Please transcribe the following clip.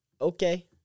okay